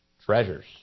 Treasures